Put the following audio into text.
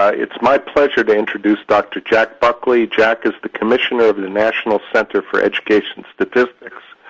ah it's my pleasure to introduce dr. jack buckley. jack is the commissioner of the national center for education statistics.